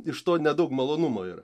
iš to nedaug malonumo yra